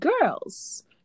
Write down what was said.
girls